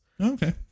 Okay